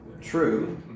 true